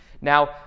Now